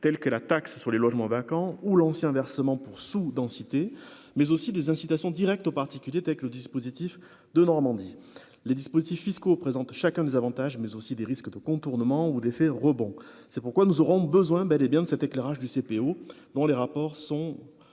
telles que la taxe sur les logements vacants ou l'ancien versement pour sous-densité mais aussi des incitations directes aux particuliers, tels que le dispositif de Normandie, les dispositifs fiscaux présentent chacun des avantages mais aussi des risques de contournement ou d'effet rebond, c'est pourquoi nous aurons besoin bel et bien de cet éclairage du CPO dont les rapports sont